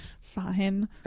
Fine